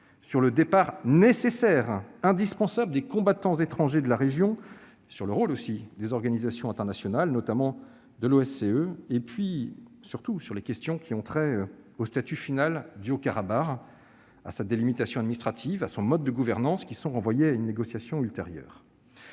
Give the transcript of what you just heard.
sur le départ nécessaire des combattants étrangers de la région, sur le rôle des organisations internationales, notamment de l'OSCE, et surtout sur les questions qui ont trait au statut final du Haut-Karabagh, à sa délimitation administrative et à son mode de gouvernance, qui sont renvoyées à une négociation ultérieure.